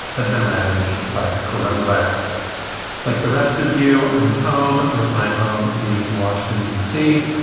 has been ravaged by the coronavirus like the rest of you. i'm at home with my home being in washington, d c.